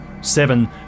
seven